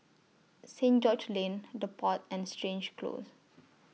Saint George's Lane The Pod and Stangee Close